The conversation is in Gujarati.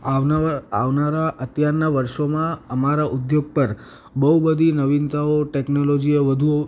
આવનાવા આવનારા અત્યારનાં વર્ષોમાં અમારા ઉદ્યોગ પર બહુ બધી નવીનતાઓ ટેક્નોલોજીઓ વધુ